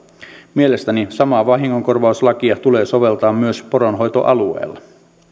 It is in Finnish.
mielestäni samaa vahingonkorvauslakia tulee soveltaa myös poronhoitoalueella